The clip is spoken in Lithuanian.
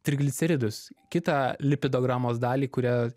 trigliceridus kitą lipidogramos dalį kurią